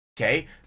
Okay